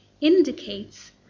indicates